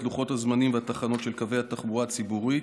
לוחות הזמנים והתחנות של קווי התחבורה הציבורית,